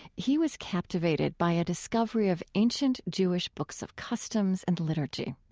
he was captivated by a discovery of ancient jewish books of customs and liturgy.